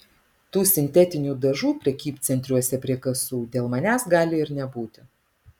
tų sintetinių dažų prekybcentriuose prie kasų dėl manęs gali ir nebūti